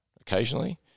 occasionally